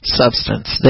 substance